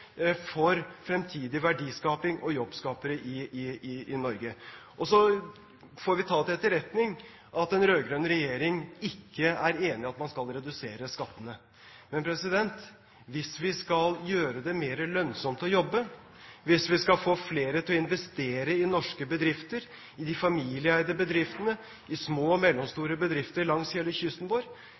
for fremtidig verdiskaping og jobbskapere i Norge. Så får vi ta til etterretning at en rød-grønn regjering ikke er enig i at man skal redusere skattene. Men hvis vi skal gjøre det mer lønnsomt å jobbe, hvis vi skal få flere til å investere i norske bedrifter, i de familieeide bedriftene, i små og mellomstore bedrifter langs